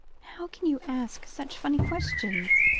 how can you ask such funny questions?